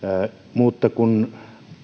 mutta